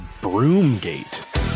Broomgate